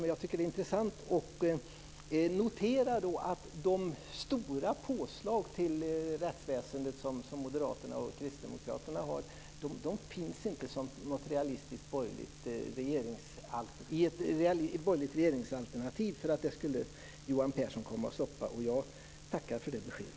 Det är intressant att notera att de stora påslag till rättsväsendet som Moderaterna och Kristdemokraterna har inte finns i något realistiskt borgerligt regeringsalternativ. Det skulle Johan Pehrson stoppa. Jag tackar för det beskedet.